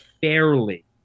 fairly